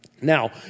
Now